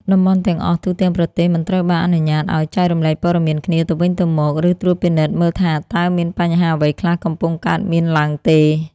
តំបន់ទាំងអស់ទូទាំងប្រទេសមិនត្រូវបានអនុញ្ញាតឱ្យ ចែករំលែកព័ត៌មានគ្នា ទៅវិញទៅមក ឬត្រួតពិនិត្យមើលថាតើមានបញ្ហាអ្វីខ្លះកំពុងកើតមានឡើងទេ។